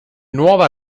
nuova